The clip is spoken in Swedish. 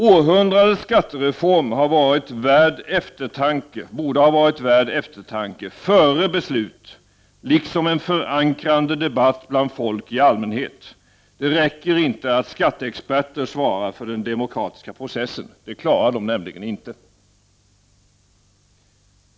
Århundradets skattereform borde ha varit värd en eftertanke före beslut, liksom en förankrande debatt bland folk i allmänhet. Det räcker inte att skatteexperter svarar för den demokratiska processen. Det klarar de nämligen inte!